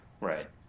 right